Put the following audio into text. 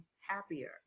happier